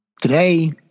Today